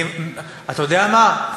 אתה יודע מה?